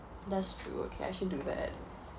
that's true I can actually do that